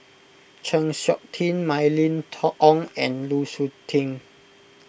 Chng Seok Tin Mylene Ong and Lu Suitin